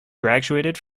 graduated